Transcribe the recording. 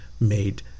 made